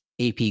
AP